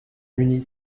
munie